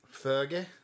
Fergie